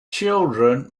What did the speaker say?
children